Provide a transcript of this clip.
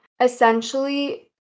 Essentially